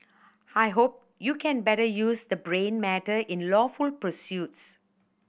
I hope you can better use the brain matter in lawful pursuits